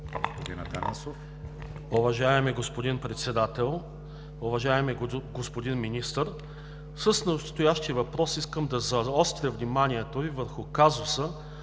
АТАНАСОВ (ОП): Уважаеми господин Председател, уважаеми господин Министър! С настоящия въпрос искам да заостря вниманието Ви върху казуса